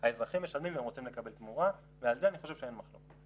האזרחים משלמים והם רוצים לקבל תמורה ועל זה אני חושב שאין מחלוקת.